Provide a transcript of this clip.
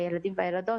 הילדים והילדות,